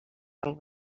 del